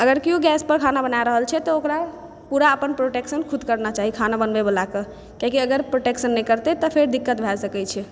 अगर केओ गैसपर खाना बना रहल छै तऽ ओकरा पूरा अपन प्रोटेक्शन खुद करना चाही खाना बनबैवला के कियाकि अगर प्रोटेक्शन नहि करतै तऽ फेर दिक्कत भए सकै छी